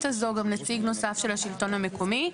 הזו גם נציג נוסף של השלטון המקומי.